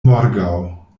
morgaŭ